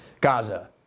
Gaza